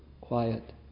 quiet